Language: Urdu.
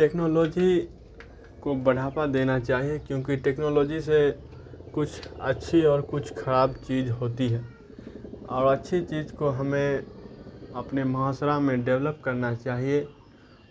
ٹیکنالوجی کو بڑھاوا دینا چاہیے کیونکہ ٹیکنالوجی سے کچھ اچھی اور کچھ خراب چیز ہوتی ہے اور اچھی چیز کو ہمیں اپنے معاشرہ میں ڈیولپ کرنا چاہیے